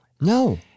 No